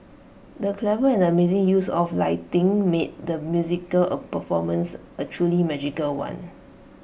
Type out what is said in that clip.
the clever and amazing use of lighting made the musical performance A truly magical one